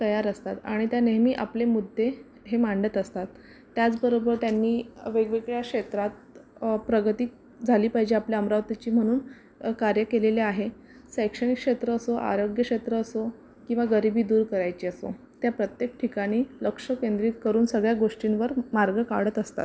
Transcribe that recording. तयार असतात आणि त्या नेहमी आपले मुद्दे हे मांडत असतात त्याचबरोबर त्यांनी वेगवेगळ्या क्षेत्रात प्रगती झाली पाहिजे आपल्या अमरावतीची म्हणून कार्य केलेले आहे शैक्षणिक क्षेत्र असो आरोग्य क्षेत्र असो किंवा गरिबी दूर करायची असो त्या प्रत्येक ठिकाणी लक्ष केंद्रित करून सगळ्या गोष्टींवर मार्ग काढत असतात